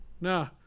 No